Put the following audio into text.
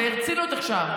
ברצינות עכשיו.